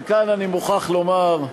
וכאן אני מוכרח לומר,